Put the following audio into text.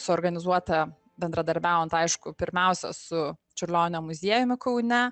suorganizuota bendradarbiaujant aišku pirmiausia su čiurlionio muziejumi kaune